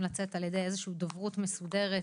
לצאת על ידי איזושהי דוברות מסודרת,